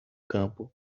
campo